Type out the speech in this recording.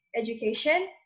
education